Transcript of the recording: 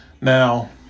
Now